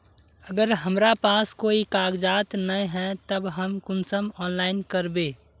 अगर हमरा पास कोई कागजात नय है तब हम कुंसम ऑनलाइन करबे?